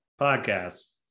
podcast